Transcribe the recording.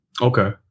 okay